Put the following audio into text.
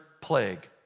plague